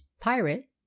pirate